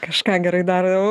kažką gerai darau